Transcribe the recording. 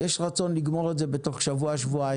יש רצון לגמור את זה בתוך שבוע-שבועיים.